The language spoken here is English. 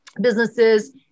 businesses